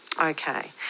Okay